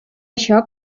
això